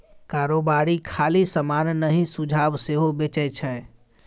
कारोबारी खाली समान नहि सुझाब सेहो बेचै छै